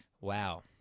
Wow